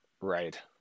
Right